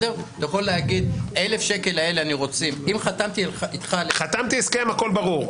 אם חתמתי הסכם, הכול ברור.